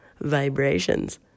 Vibrations